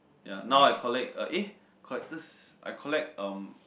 ya now I collect uh eh collectors I collect um